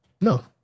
No